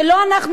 שלא אנחנו,